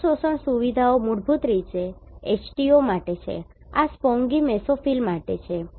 આ શોષણ સુવિધાઓ મૂળભૂત રીતે H2O માટે છે આ સ્પોંગી મેસોફિલ માટે છે